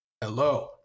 hello